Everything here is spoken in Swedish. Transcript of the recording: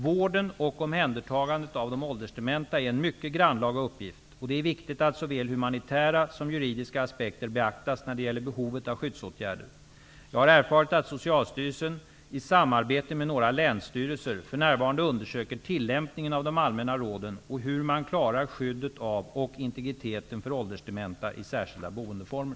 Vården och omhändertagandet av de åldersdementa är en mycket grannlaga uppgift, och det är viktigt att såväl humanitära som juridiska aspekter beaktas när det gäller behovet av skyddsåtgärder. Jag har erfarit att Socialstyrelsen i samarbete med några länsstyrelser för närvarande undersöker tillämpningen av de allmänna råden och hur man klarar skyddet av och integriteten för åldersdementa i särskilda boendeformer.